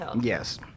yes